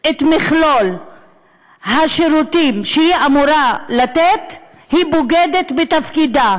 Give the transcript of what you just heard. את מכלול השירותים שהיא אמורה לתת היא בוגדת בתפקידה,